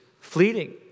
fleeting